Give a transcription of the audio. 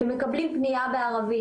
כשמקבלים פנייה בערבית.